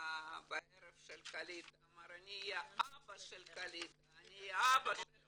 בערב של קעליטה ואמר "אני אהיה האבא של העולים מצרפת".